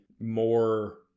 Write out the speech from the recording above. more